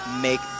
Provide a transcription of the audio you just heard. make